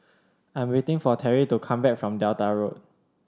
I am waiting for Teri to come back from Delta Road